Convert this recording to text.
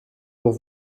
pour